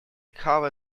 cover